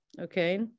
okay